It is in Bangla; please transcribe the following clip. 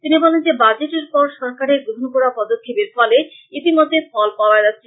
তিনি বলেন যে বাজেটের পর সরকারের গ্রহন করা পদক্ষেপের ফলে ইতিমধ্যে ফল পাওয়া যাচ্ছে